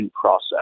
process